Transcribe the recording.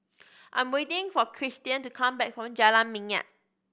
I'm waiting for Christian to come back from Jalan Minyak